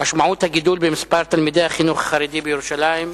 משמעות הגידול במספר תלמידי החינוך החרדי בירושלים,